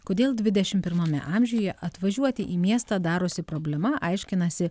kodėl dvidešim pirmame amžiuje atvažiuoti į miestą darosi problema aiškinasi